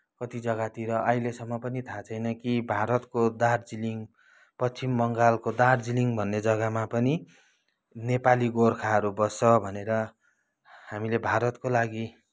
कति जग्गातिर अहिलेसम्म पनि थाहा छैन कि भारतको दार्जिलिङ पश्चिम बङ्गालको दार्जिलिङ भन्ने जग्गामा पनि नेपाली गोर्खाहरू बस्छ भनेर हामीले भारतको लागि